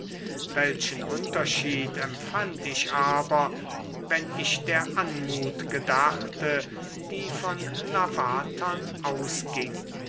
welchen unterschied empfand ich aber wenn ich der anmut gedachte die von lavatern ausging